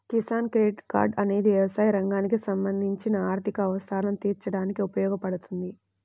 Kisan credit card అనేది వ్యవసాయ రంగానికి సంబంధించిన ఆర్థిక అవసరాలను తీర్చడానికి ఉపయోగపడుతుంది